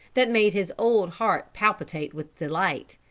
that made his old heart palpitate with delight,